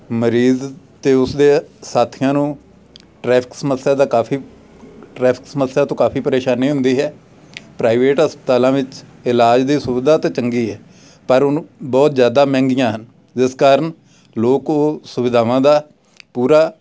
ਮਰੀਜ਼ ਅਤੇ ਉਸਦੇ ਸਾਥੀਆਂ ਨੂੰ ਟਰੈਫਿਕ ਸਮੱਸਿਆ ਦਾ ਕਾਫ਼ੀ ਟਰੈਫਿਕ ਸਮੱਸਿਆ ਤੋਂ ਕਾਫ਼ੀ ਪਰੇਸ਼ਾਨੀ ਹੁੰਦੀ ਹੈ ਪ੍ਰਾਈਵੇਟ ਹਸਪਤਾਲਾਂ ਵਿੱਚ ਇਲਾਜ ਦੇ ਸੁਵਿਧਾ ਤਾਂ ਚੰਗੀ ਆ ਪਰ ਉਹਨੂੰ ਬਹੁਤ ਜ਼ਿਆਦਾ ਮਹਿੰਗੀਆਂ ਹਨ ਜਿਸ ਕਾਰਨ ਲੋਕ ਉਹ ਸੁਵਿਧਾਵਾਂ ਦਾ ਪੂਰਾ